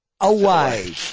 Away